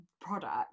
product